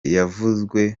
yavuzwe